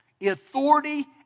authority